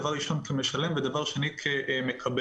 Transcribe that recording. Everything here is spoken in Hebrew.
דבר ראשון כמשלם, ודבר שני כמקבל,